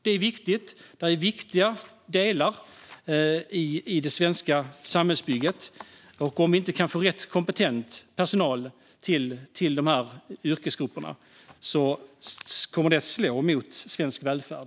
Det är viktiga delar i det svenska samhällsbygget, och om vi inte kan få personal med rätt kompetens till dessa yrkesgrupper kommer det i förlängningen att slå mot svensk välfärd.